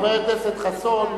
חבר הכנסת חסון,